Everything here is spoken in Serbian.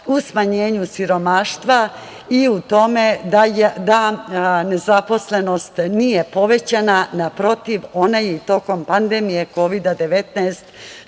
u smanjenju siromaštva i tu tome da nezaposlenost nije povećan, naprotiv, ona je tokom pandemije Kovid 19